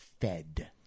fed